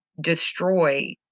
destroy